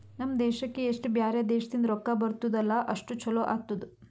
ನಮ್ ದೇಶಕ್ಕೆ ಎಸ್ಟ್ ಬ್ಯಾರೆ ದೇಶದಿಂದ್ ರೊಕ್ಕಾ ಬರ್ತುದ್ ಅಲ್ಲಾ ಅಷ್ಟು ಛಲೋ ಆತ್ತುದ್